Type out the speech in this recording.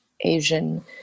Asian